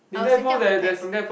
I was thinking of Din-Tai-Fung